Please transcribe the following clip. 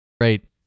Great